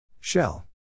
Shell